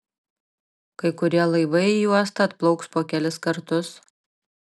kai kurie laivai į uostą atplauks po kelis kartus